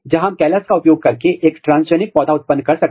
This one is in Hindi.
ट्रैपिंग करने के विभिन्न प्रकार हैं जो आप उपयोग कर सकते हैं